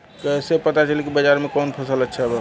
कैसे पता चली की बाजार में कवन फसल अच्छा बा?